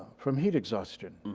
from heat exhaustion.